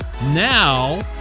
Now